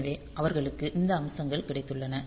எனவே அவர்களுக்கு இந்த அம்சங்கள் கிடைத்துள்ளன